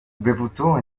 debutó